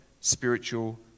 spiritual